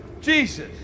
Jesus